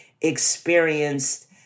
experienced